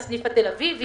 זה רק הסניף התל אביבי